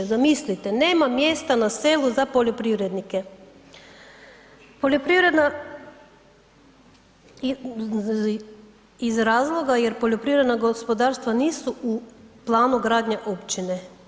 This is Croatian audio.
Zamislite, nema mjesta na selu za poljoprivrednike iz razloga jer poljoprivredna gospodarstva nisu u planu gradnje općine.